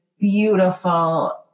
beautiful